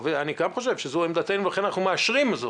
אני גם חושב שזאת עמדתנו, ולכן אנחנו מאשרים זאת.